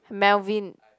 Melvin